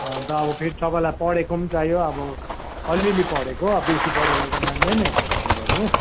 अन्त अब फेरि तपाईँलाई पढेको पनि चाहियो अब अलिअलि पढेको अब बेसी पढेकोले त मान्दैन यस्तो काम गर्नु